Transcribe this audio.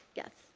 yes.